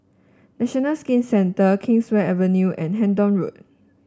National Skin Centre Kingswear Avenue and Hendon Road